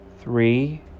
three